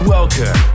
Welcome